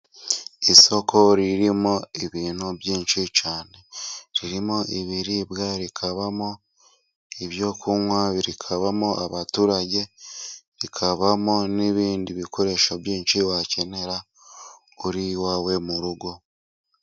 Isoko ririmo ibintu byinshi cyane, ririmo ibiribwa, rikabamo ibyo kunywa, rikabamo abaturage, rikabamo n'ibindi bikoresho byinshi wakenera uri i iwawe mu rugo.